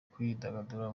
kwidagadura